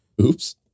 Oops